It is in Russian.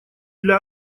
для